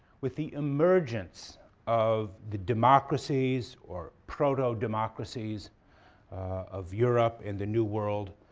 with the emergence of the democracies or proto-democracies of europe and the new world,